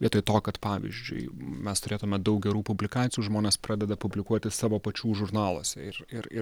vietoj to kad pavyzdžiui mes turėtume daug gerų publikacijų žmonės pradeda publikuoti savo pačių žurnaluose ir ir ir